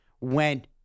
went